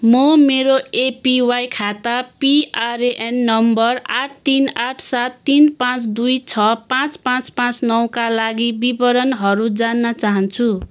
म मेरो एपिवाई खाता पिआरएएन नम्बर आठ तिन आठ सात तिन पाँच दुई छ पाँच पाँच पाँच नौका लागि विवरणहरू जान्न चाहन्छु